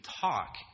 talk